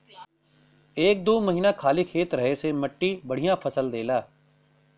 एक दू महीना खाली खेत रहे से मट्टी बढ़िया फसल देला